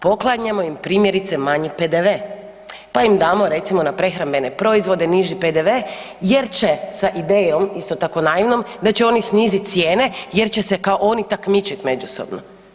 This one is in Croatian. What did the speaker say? Poklanjamo im primjerice manji PDV, pa im damo recimo na prehrambene proizvode niži PDV jer će sa idejom isto tako naivnom, da će oni snizit cijene jer će se kao oni takmičit međusobno.